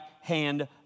hand